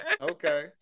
Okay